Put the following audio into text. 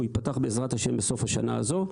הוא ייפתח בעזרת השם בסוף השנה הזו.